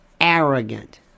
arrogant